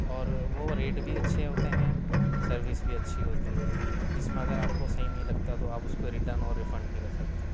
اور وہ ریٹ بھی اچھے ہوتے ہیں سروس بھی اچھی ہوتی ہے اِس میں اگر آپ کو صحیح نہیں لگتا تو آپ اُس کو ریٹرن اور ریفنڈ بھی کر سکتے ہیں